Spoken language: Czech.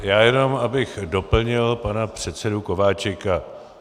Já jenom abych doplnil pana předsedu Kováčika.